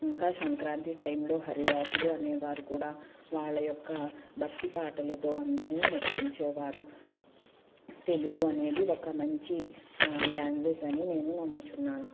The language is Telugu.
ఇంకా సంక్రాంతి టైంలో హరిదాసులు అనే వారు కూడా వాళ్ళ యొక్క భక్తి పాటలతో అందరినీ మెప్పించేవారు తెలుగు అనేది ఒక మంచి లాంగ్వేజ్ అని నేను నమ్ముతున్నాను